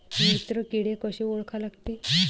मित्र किडे कशे ओळखा लागते?